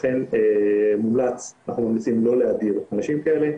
לכן אנחנו ממליצים לא להדיר אנשים כאלה.